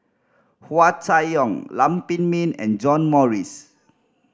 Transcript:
Hua Chai Yong Lam Pin Min and John Morrice